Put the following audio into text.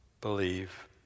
believe